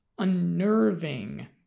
unnerving